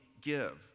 give